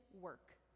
work